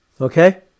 Okay